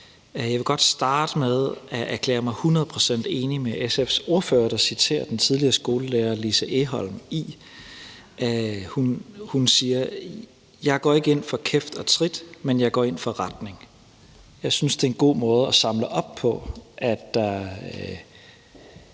Jeg vil godt starte med at erklære mig hundrede procent enig med SF's ordfører, der citerer den tidligere skolelærer Lise Egholm. Hun siger: Jeg går ikke ind for kæft og trit, men jeg går ind for retning. Jeg synes, det er en god måde at samle op på, at det er godt,